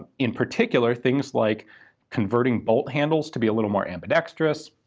in particular things like converting bolt handles to be a little more ambidextrous,